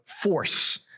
force